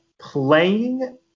playing